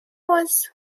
was